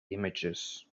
images